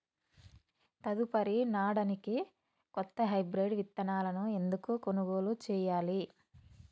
తదుపరి నాడనికి కొత్త హైబ్రిడ్ విత్తనాలను ఎందుకు కొనుగోలు చెయ్యాలి?